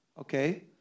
Okay